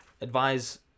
advise